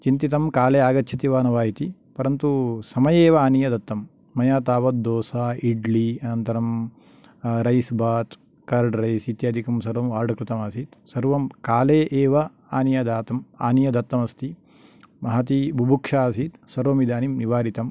चिन्तितं काले आगच्छति वा न वा इति परन्तु समये एव आनीय दत्तं मया तावद्दोसा इड्ली अनन्तरं रैस्बात् कर्ड् रैस् इत्यादिकं सर्वम् आर्डर् कृतम् आसीत् सर्वं काले एव आनीय दातुं आनीय दत्तं अस्ति महती बुभूक्षा आसीत् सर्वं इदानीं निवारितम्